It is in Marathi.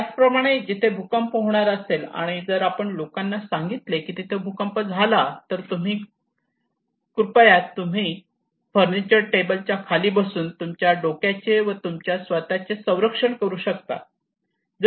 त्याचप्रमाणे जर तिथे भूकंप होणार असेल आणि जर आपण लोकांना सांगितले की तिथे भूकंप झाला तर कृपया तुम्ही फर्निचर टेबल च्या खाली बसून तुमच्या डोक्याचे व तुमच्या स्वतःचे संरक्षण करू शकतात